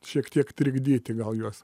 šiek tiek trikdyti gal juos